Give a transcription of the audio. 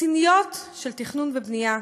רציניות של תכנון ובנייה,